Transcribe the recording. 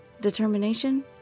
Determination